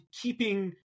keeping